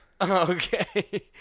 okay